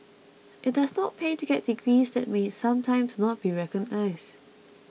it does not pay to get degrees that may sometimes not be recognised